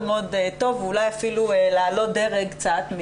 מאוד טוב ואולי אפילו לעלות דרג קצת,